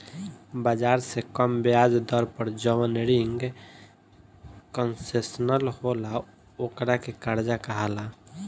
बाजार से कम ब्याज दर पर जवन रिंग कंसेशनल होला ओकरा के कर्जा कहाला